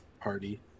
party